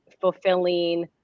fulfilling